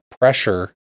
pressure